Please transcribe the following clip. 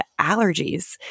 allergies